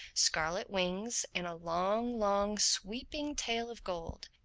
scarlet wings and a long, long sweeping tail of gold.